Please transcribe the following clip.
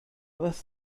wrth